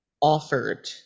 offered